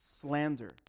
slander